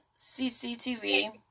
CCTV